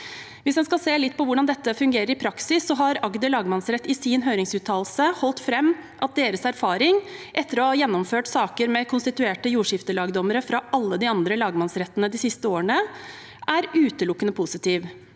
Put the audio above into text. Hvis en skal se litt på hvordan dette fungerer i praksis, har Agder lagmannsrett i sin høringsuttalelse holdt fram at deres erfaring etter å ha gjennomført saker med konstituerte jordskiftelagdommere fra alle de andre lagmannsrettene de siste årene er utelukkende positiv.